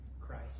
Christ